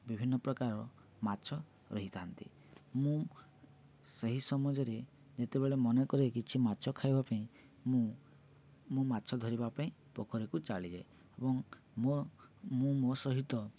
ବିଭିନ୍ନ ପ୍ରକାର ମାଛ ରହିଥାନ୍ତି ମୁଁ ସେହି ସମାଜରେ ଯେତେବେଳେ ମନେ କରେ କିଛି ମାଛ ଖାଇବା ପାଇଁ ମୁଁ ମୋ ମାଛ ଧରିବା ପାଇଁ ପୋଖରୀକୁ ଚାଲିଯାଏ ଏବଂ ମୁଁ ମୋ ସହିତ